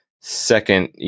second